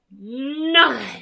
none